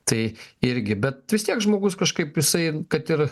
tai irgi bet vis tiek žmogus kažkaip jisai kad ir